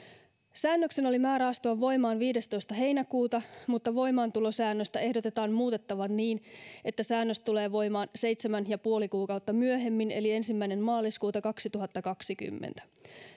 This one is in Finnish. säännöksen oli määrä astua voimaan viidestoista heinäkuuta mutta voimaantulosäännöstä ehdotetaan muutettavan niin että säännös tulee voimaan seitsemän ja puoli kuukautta myöhemmin eli ensimmäinen maaliskuuta kaksituhattakaksikymmentä